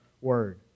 Word